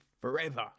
forever